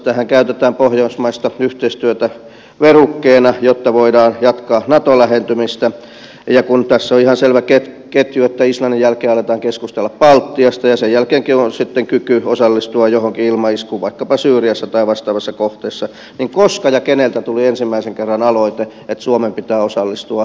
tässähän käytetään pohjoismaista yhteistyötä verukkeena jotta voidaan jatkaa nato lähentymistä ja kun tässä on ihan selvä ketju että islannin jälkeen aletaan keskustella baltiasta ja sen jälkeen onkin kyky osallistua johonkin ilmaiskuun vaikkapa syyriassa tai vastaavassa kohteessa niin koska ja keneltä tuli ensimmäisen kerran aloite että suomen pitää osallistua islannin ilmatilan valvontaan